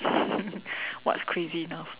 what's crazy enough